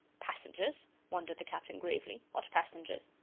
passengers? wondered the captain, gravely. what passengers?